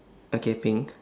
okay pink